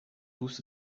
tous